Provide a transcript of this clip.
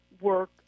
work